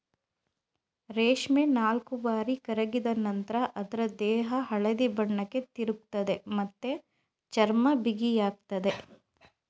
ರೇಷ್ಮೆ ನಾಲ್ಕುಬಾರಿ ಕರಗಿದ ನಂತ್ರ ಅದ್ರ ದೇಹ ಹಳದಿ ಬಣ್ಣಕ್ಕೆ ತಿರುಗ್ತದೆ ಮತ್ತೆ ಚರ್ಮ ಬಿಗಿಯಾಗ್ತದೆ